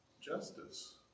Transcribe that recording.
justice